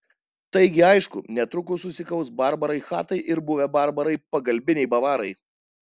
taigi aišku netrukus susikaus barbarai chatai ir buvę barbarai pagalbiniai bavarai